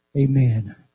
Amen